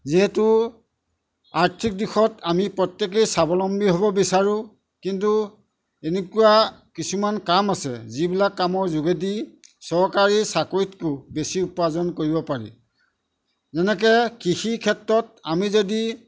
যিহেতু আৰ্থিক দিশত আমি প্ৰত্যেকেই স্বাৱলম্বী হ'ব বিচাৰোঁ কিন্তু এনেকুৱা কিছুমান কাম আছে যিবিলাক কামৰ যোগেদি চৰকাৰী চাকৰিতকৈ বেছি উপাৰ্জন কৰিব পাৰি যেনেকৈ কৃষিৰ ক্ষেত্ৰত আমি যদি